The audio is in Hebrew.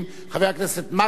חבר הכנסת מקלב,